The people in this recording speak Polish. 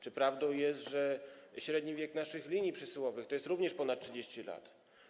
Czy prawdą jest, że średni wiek naszych linii przesyłowych to również ponad 30 lat?